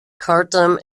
khartoum